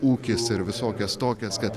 ūkis ir visokias tokias kad